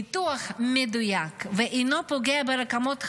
הניתוח מדויק ואינו פוגע ברקמות חיות,